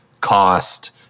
cost